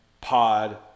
pod